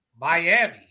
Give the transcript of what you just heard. Miami